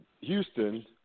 Houston